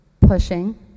Pushing